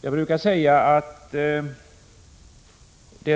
Jag brukar säga att det